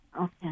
Okay